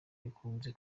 bikunze